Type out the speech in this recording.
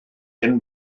hen